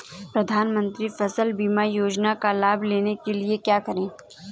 प्रधानमंत्री फसल बीमा योजना का लाभ लेने के लिए क्या करें?